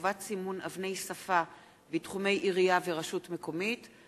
(חובת סימון אבני שפה בתחומי עירייה ורשות מקומית),